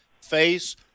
face